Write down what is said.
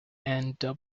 and